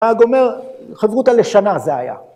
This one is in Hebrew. ‫הגומר, חברותא לשנה זה היה.